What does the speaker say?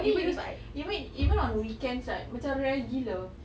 even even in even on weekends right macam rare gila